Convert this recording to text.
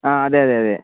ആ അതേ അതേ അതേ